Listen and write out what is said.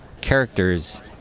characters